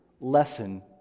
lesson